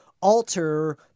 alter